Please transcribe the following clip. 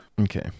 okay